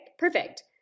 Perfect